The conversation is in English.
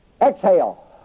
Exhale